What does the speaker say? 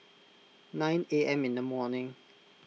nine A M in the morning